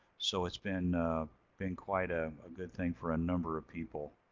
so it's been been quite ah a good thing for a number of people.